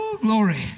Glory